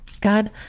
God